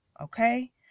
okay